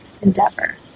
endeavor